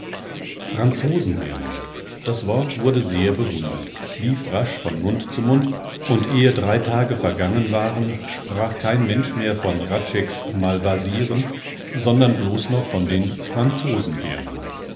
bringen franzosenbirnen das wort wurde sehr bewundert lief rasch von mund zu mund und ehe drei tage vergangen waren sprach kein mensch mehr von hradscheck's malvasieren sondern blos noch von den